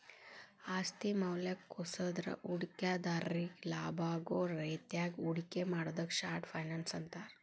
ಆಸ್ತಿ ಮೌಲ್ಯ ಕುಸದ್ರ ಹೂಡಿಕೆದಾರ್ರಿಗಿ ಲಾಭಾಗೋ ರೇತ್ಯಾಗ ಹೂಡಿಕೆ ಮಾಡುದಕ್ಕ ಶಾರ್ಟ್ ಫೈನಾನ್ಸ್ ಅಂತಾರ